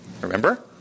Remember